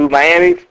Miami